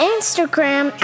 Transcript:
Instagram